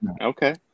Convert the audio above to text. Okay